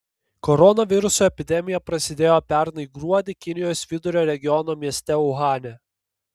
koronaviruso epidemija prasidėjo pernai gruodį kinijos vidurio regiono mieste uhane